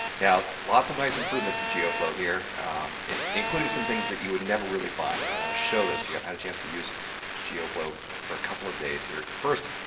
now, lots of nice improvements to geoflow here including some things that you would never really find and i want to show this to you i've had a chance to use geoflow for a couple of days here. first,